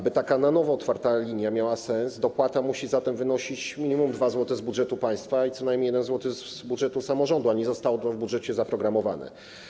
Aby taka na nowo otwarta linia miała sens, dopłata musi zatem wynosić minimum 2 zł z budżetu państwa i co najmniej 1 zł z budżetu samorządu, a nie zostało to w budżecie zaprogramowane.